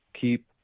keep